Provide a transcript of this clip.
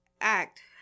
Act